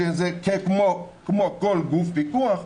כמו כל גוף פיקוח,